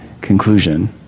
conclusion